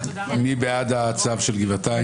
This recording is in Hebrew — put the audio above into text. אפשר את גבעתיים?